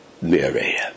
Mary